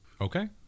Okay